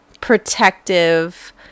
protective